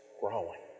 growing